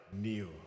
new